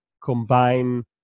combine